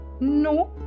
No